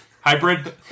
hybrid